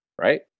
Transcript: right